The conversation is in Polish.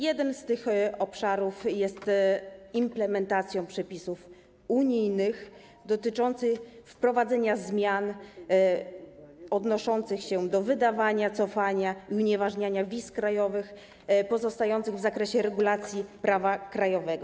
Pierwszy z tych obszarów to implementacja przepisów unijnych dotyczących wprowadzenia zmian odnoszących się do wydawania, cofania i unieważniania wiz krajowych pozostających w zakresie regulacji prawa krajowego.